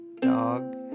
dog